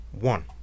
One